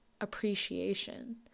appreciation